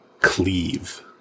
Cleave